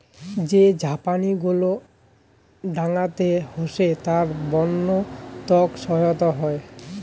যে ঝাপনি গুলো ডাঙাতে হসে তার বন্য তক সহায়তা হই